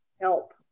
help